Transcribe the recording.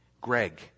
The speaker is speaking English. Greg